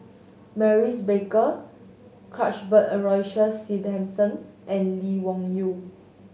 Maurice Baker Cuthbert Aloysius Shepherdson and Lee Wung Yew